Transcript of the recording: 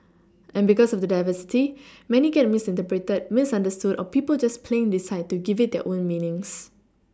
and because of the diversity many get misinterpreted misunderstood or people just plain decide to give it their own meanings